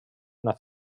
una